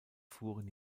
fuhren